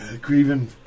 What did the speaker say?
grieving